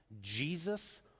Jesus